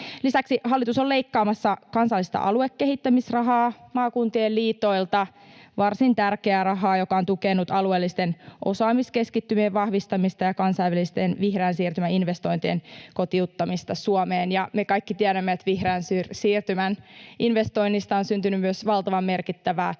Lisäksi hallitus on leikkaamassa maakuntien liitoilta kansallista aluekehittämisrahaa — varsin tärkeää rahaa, joka on tukenut alueellisten osaamiskeskittymien vahvistamista ja kansainvälisten vihreän siirtymän investointien kotiuttamista Suomeen. Me kaikki tiedämme, että vihreän siirtymän investoinneista on syntynyt myös valtavan merkittävää yritystoimintaa